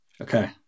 Okay